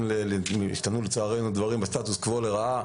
לצערנו דברים השתנו לרעה,